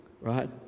right